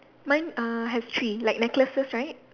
mine uh has three like necklaces right